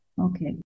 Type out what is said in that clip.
Okay